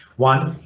one.